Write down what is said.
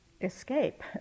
escape